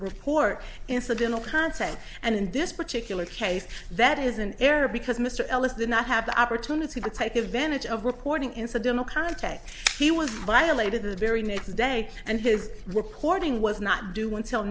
report incidental contact and in this particular case that is an error because mr ellis did not have the opportunity to take advantage of reporting incidental contact he was violated the very next day and his recording was not due until